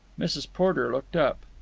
mrs. porter looked up.